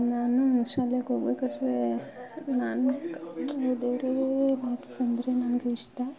ನಾನು ಶಾಲೆಗೋಗ್ಬೇಕಾದರೆ ನನ್ಗೆ ಏ ದೇವರೇ ಮ್ಯಾಕ್ಸಂದರೆ ನನ್ಗೆ ಇಷ್ಟ